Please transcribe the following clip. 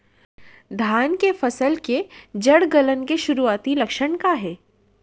धान के फसल के जड़ गलन के शुरुआती लक्षण का हे?